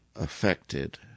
affected